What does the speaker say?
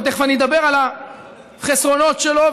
ותכף אני אדבר על החסרונות שלו,